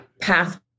path